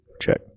Check